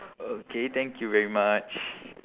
okay thank you very much